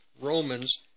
Romans